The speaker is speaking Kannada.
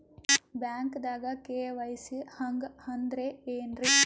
ಬ್ಯಾಂಕ್ದಾಗ ಕೆ.ವೈ.ಸಿ ಹಂಗ್ ಅಂದ್ರೆ ಏನ್ರೀ?